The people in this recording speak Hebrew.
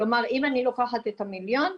כלומר, אם אני לוקחת את המיליון,